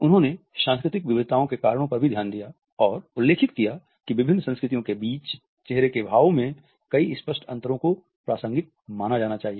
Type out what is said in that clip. उन्होंने सांस्कृतिक विविधताओं के कारणों पर भी ध्यान दिया और उल्लेखित किया कि विभिन्न संस्कृतियों के बीच चेहरे के भावों में कई स्पष्ट अंतरों को प्रासंगिक माना जाना चाहिए